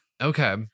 Okay